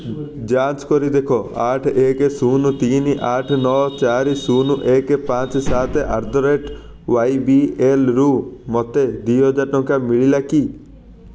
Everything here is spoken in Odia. ଯାଞ୍ଚ କରି ଦେଖ ଆଠ ଏକ ଶୂନ ତିନି ଆଠ ନଅ ଚାରି ଶୂନ ଏକ ପାଞ୍ଚ ସାତ ଆଟ୍ ଦି ରେଟ୍ ୱାଇବିଏଲ୍ରୁ ମୋତେ ଦୁଇ ହଜାର ଟଙ୍କା ମିଳିଲା କି